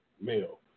male